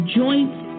joints